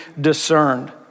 discerned